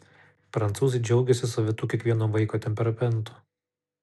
prancūzai džiaugiasi savitu kiekvieno vaiko temperamentu